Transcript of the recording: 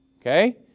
Okay